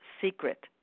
Secret